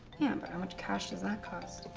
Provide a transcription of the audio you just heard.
yeah, but how much cash does that cost?